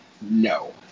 No